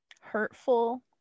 hurtful